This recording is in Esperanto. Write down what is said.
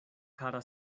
kara